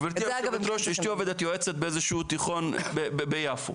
אשתי יועצת באיזה שהוא תיכון ביפו